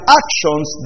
actions